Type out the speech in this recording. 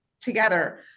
together